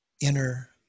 inner